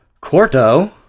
Quarto